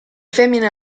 femmine